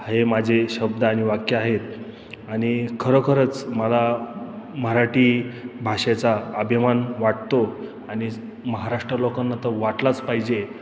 हे माझे शब्द आणि वाक्य आहेत आणि खरोखरच मला मराठी भाषेचा अभिमान वाटतो आणि महाराष्ट्र लोकांना तर वाटलाच पाहिजे